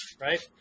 right